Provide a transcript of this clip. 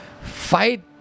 fight